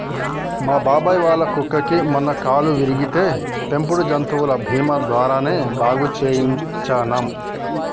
మా బాబాయ్ వాళ్ళ కుక్కకి మొన్న కాలు విరిగితే పెంపుడు జంతువుల బీమా ద్వారానే బాగు చేయించనం